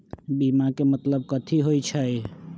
बीमा के मतलब कथी होई छई?